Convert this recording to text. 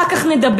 אחר כך נדבר,